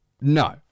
No